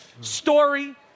story